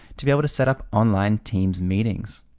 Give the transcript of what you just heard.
to be able to setup online teams meetings.